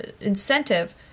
incentive